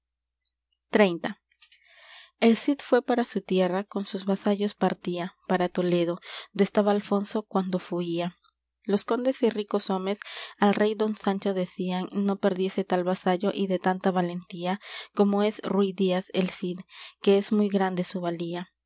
xxx el cid fué para su tierra con sus vasallos partía para toledo do estaba alfonso cuando fuía los condes y ricos homes al rey don sancho decían no perdiese tal vasallo y de tanta valentía como es rúy díaz el cid ques muy grande su valía